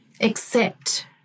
accept